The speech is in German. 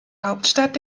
hauptstadt